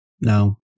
No